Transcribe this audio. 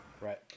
right